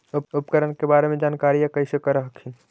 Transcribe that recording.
उपकरण के बारे जानकारीया कैसे कर हखिन?